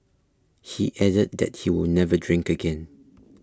he added that he will never drink again